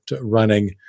running